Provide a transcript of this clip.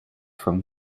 from